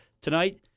tonight